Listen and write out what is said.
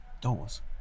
Doors